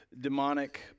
demonic